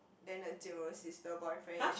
then the Jing-Ru's sister boyfriend is